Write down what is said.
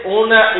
una